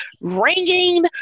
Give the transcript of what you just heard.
ringing